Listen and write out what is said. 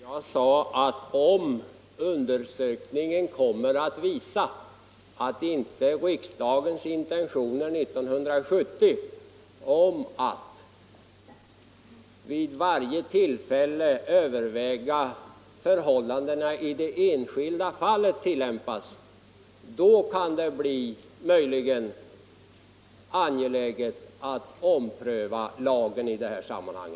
Herr talman! Jag sade att det, om undersökningen kommer att visa att riksdagens intentioner år 1970 att förhållandena skall övervägas i varje enskilt fall inte har tillämpats, möjligen kan bli angeläget att ompröva lagen i detta sammanhang.